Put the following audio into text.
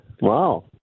Wow